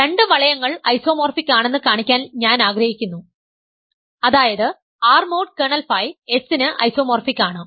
രണ്ട് വളയങ്ങൾ ഐസോമോർഫിക് ആണെന്ന് കാണിക്കാൻ ഞാൻ ആഗ്രഹിക്കുന്നു അതായത് R mod kernel phi S ന് ഐസോമോർഫിക് ആണ്